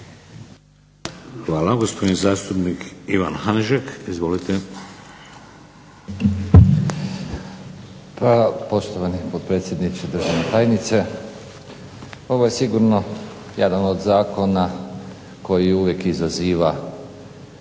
Hvala. Gospodin zastupnik Ivan Hanžek, izvolite.